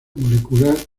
molecular